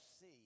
see